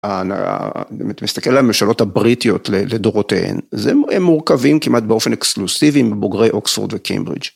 אם אתה מסתכל על הממשלות הבריטיות לדורותיהן, הם מורכבים כמעט באופן אקסקלוסיבי מבוגרי אוקספורד וקיימברידג'.